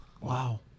Wow